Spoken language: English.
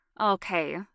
Okay